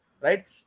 right